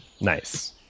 Nice